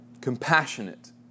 compassionate